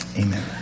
Amen